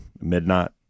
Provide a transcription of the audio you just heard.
midnight